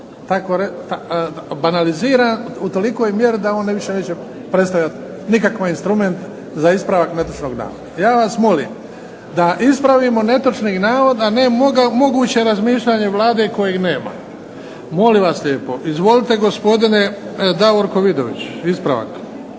potpuno banaliziran u tolikoj mjeri da on više neće predstavljati nikakav instrument za ispravak netočnog navoda. Ja vas molim da ispravimo netočni navod, a ne moguće razmišljanje Vlade kojeg nema. Molim vas lijepo, izvolite gospodine Davorko Vidović, ispravak.